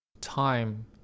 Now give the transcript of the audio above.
time